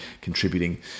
contributing